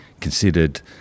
considered